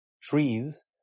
trees